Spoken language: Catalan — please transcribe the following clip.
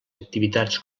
activitats